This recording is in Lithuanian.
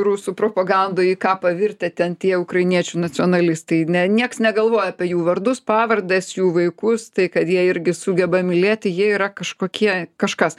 rusų propaganda į ką pavirtę ten tie ukrainiečių nacionalistai ne nieks negalvoja apie jų vardus pavardes jų vaikus tai kad jie irgi sugeba mylėt jie yra kažkokie kažkas